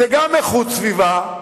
זה גם איכות סביבה.